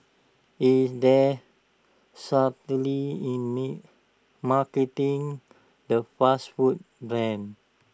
is there subtlety in marketing the fast food brand